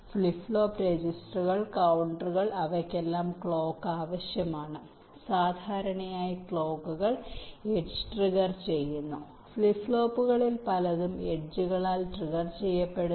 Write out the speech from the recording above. flip flop രജിസ്റ്ററുകൾ കൌണ്ടറുകൾ അവയ്ക്കെല്ലാം ക്ലോക്ക് ആവശ്യമാണ് സാധാരണയായി ക്ലോക്കുകൾ എഡ്ജ് ട്രിഗർ ചെയ്യുന്നു ഫ്ലിപ്പ് ഫ്ലോപ്പുകളിൽ പലതും എഡ്ജുകളാൽ ട്രിഗർ ചെയ്യപ്പെടുന്നു